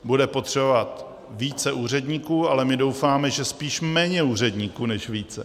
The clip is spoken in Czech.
Bude potřeba více úředníků, ale my doufáme, že spíše méně úředníků než více.